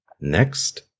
Next